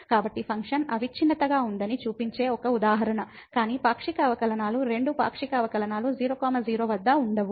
కాబట్టి ఫంక్షన్ అవిచ్ఛిన్నత గా ఉందని చూపించే ఒక ఉదాహరణ కానీ పాక్షిక అవకలనాలు రెండూ పాక్షిక అవకలనాలు 00 వద్ద ఉండవు